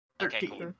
Okay